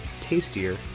tastier